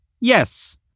Yes